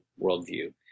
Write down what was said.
worldview